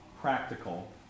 practical